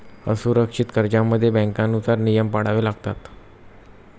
असुरक्षित कर्जांमध्ये बँकांनुसार नियम पाळावे लागतात